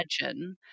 imagine